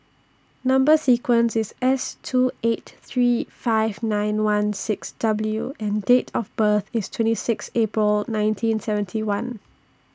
Number sequence IS S two eight three five nine one six W and Date of birth IS twenty six April nineteen seventy one